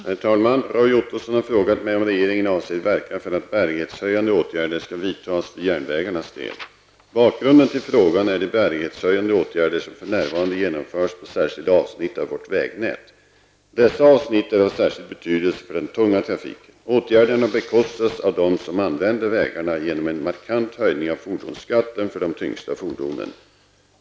Herr talman! Roy Ottosson har frågat mig om regeringen avser verka för att bärighetshöjande åtgärder skall vidtas för järnvägarnas del. Bakgrunden till frågan är de bärighetshöjande åtgärder som för närvarande genomförs på särskilda avsnitt av vårt vägnät. Dessa avsnitt är av särskild betydelse för den tunga trafiken. Åtgärderna bekostas av dem som använder vägarna genom en markant höjning av fordonsskatten för de tyngsta fordonen.